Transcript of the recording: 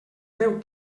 veu